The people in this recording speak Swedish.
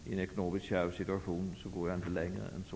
I en ekonomiskt kärv situation går jag inte längre än så.